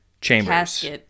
chambers